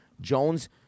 Jones